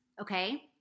okay